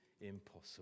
impossible